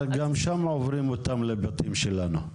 גם שם עוברים אותם לבטים כפי שיש לנו כאן.